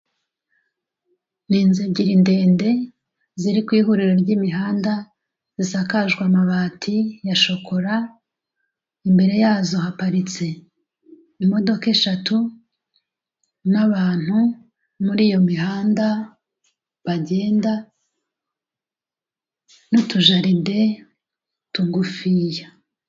Ni inzu ebyiri ndende ziri ku ihuriro ry'imihanda zisakajwe amabati ya shokora, imbere yazo haparitse imodoka eshatu n'abantu muri iyo mihanda bagenda n'utujaride tugufiya.